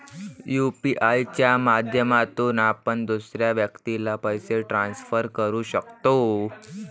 UPI च्या माध्यमातून आपण दुसऱ्या व्यक्तीला पैसे ट्रान्सफर करू शकतो